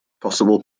possible